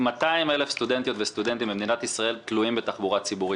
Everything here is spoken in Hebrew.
200,000 סטודנטיות וסטודנטים במדינת ישראל תלויים בתחבורה ציבורית.